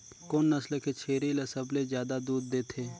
कोन नस्ल के छेरी ल सबले ज्यादा दूध देथे?